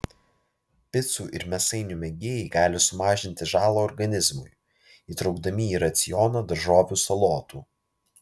picų ir mėsainių mėgėjai gali sumažinti žalą organizmui įtraukdami į racioną daržovių salotų